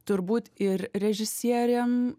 turbūt ir režisierėm